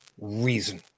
reason